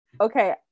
Okay